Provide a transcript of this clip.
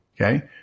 okay